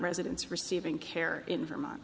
residents receiving care in vermont